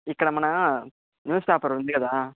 ఇక్కడ మన newspaper ఉంది కదా